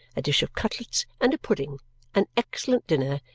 a dish of cutlets, and a pudding an excellent dinner,